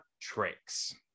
Tricks